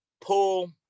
pull